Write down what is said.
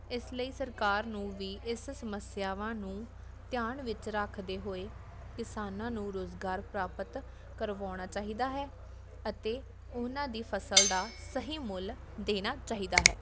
ਇਸ ਲਈ ਸਰਕਾਰ ਨੂੰ ਵੀ ਇਸ ਸਮੱਸਿਆਵਾਂ ਨੂੰ ਧਿਆਨ ਵਿੱਚ ਰੱਖਦੇ ਹੋਏ ਕਿਸਾਨਾਂ ਨੂੰ ਰੁਜ਼ਗਾਰ ਪ੍ਰਾਪਤ ਕਰਵਾਉਣਾ ਚਾਹੀਦਾ ਹੈ ਅਤੇ ਉਹਨਾਂ ਦੀ ਫ਼ਸਲ ਦਾ ਸਹੀ ਮੁੱਲ ਦੇਣਾ ਚਾਹੀਦਾ ਹੈ